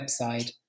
website